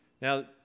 Now